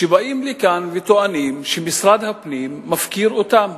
שבאים לכאן וטוענים שמשרד הפנים מפקיר אותם.